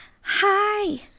hi